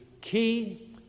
key